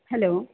hello